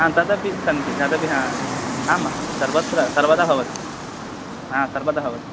आं तदपि सन्ति तदपि हा आमाम् सर्वत्र सर्वदा भवति हा सर्वदा भवति